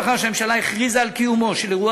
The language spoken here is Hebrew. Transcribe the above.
לאחר שהממשלה הכריזה על קיומו של אירוע